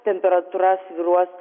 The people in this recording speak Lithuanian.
temperatūra svyruos